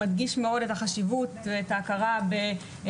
מדגיש מאוד את החשיבות ואת ההכרה בלימודי